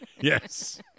Yes